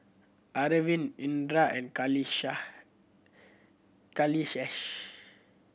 Arvind Indira and Kailash